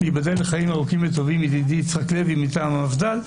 וייבדל לחיים ארוכים וטובים ידידי יצחק לוי מטעם המפד"ל.